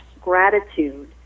gratitude